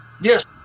Yes